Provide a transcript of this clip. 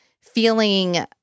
feeling